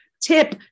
tip